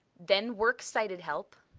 then works cited help.